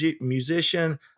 musician